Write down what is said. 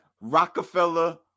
Rockefeller